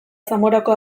zamorako